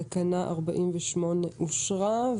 תקנה 48 אושרה.